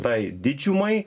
tai didžiumai